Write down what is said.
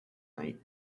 night